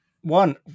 one